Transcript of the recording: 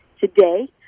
today